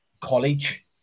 college